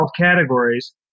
categories